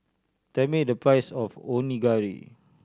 tell me the price of Onigiri